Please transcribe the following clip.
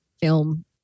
film